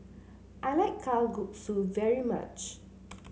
I like Kalguksu very much